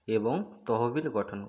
এবং তহবিল গঠন করা